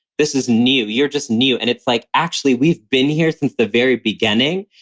this is new. you're just new. and it's like actually we've been here since the very beginning.